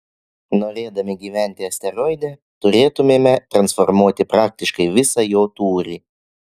norėdami gyventi asteroide turėtumėme transformuoti praktiškai visą jo tūrį